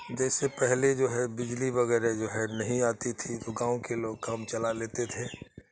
جیسے پہلے جو ہے بجلی وغیرہ جو ہے نہیں آتی تھی تو گاؤں کے لوگ کام چلا لیتے تھے